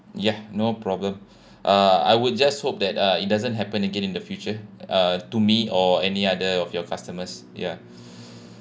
ya no problem uh I will just hope that uh it doesn't happen again in the future uh to me or any other of your customers ya